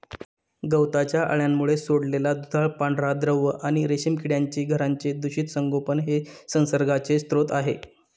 गवताच्या अळ्यांमुळे सोडलेला दुधाळ पांढरा द्रव आणि रेशीम किड्यांची घरांचे दूषित संगोपन हे संसर्गाचे स्रोत आहे